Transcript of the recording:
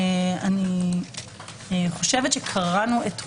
אני חושבת שקראנו את כולה.